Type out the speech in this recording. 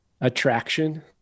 attraction